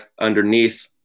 underneath